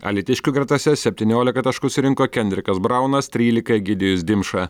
alytiškių gretose septyniolika taškų surinko kendrikas braunas trylika egidijus dimša